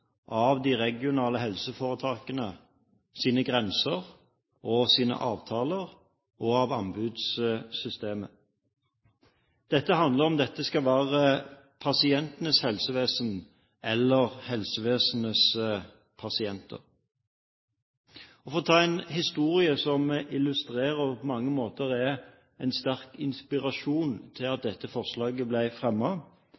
av de regionale helseforetakenes grenser og avtaler, og av anbudssystemet. Det handler om hvorvidt dette skal være pasientenes helsevesen eller helsevesenets pasienter. La meg ta en historie som illustrerer dette, og som på mange måter er en sterk inspirasjon til